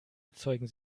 erzeugen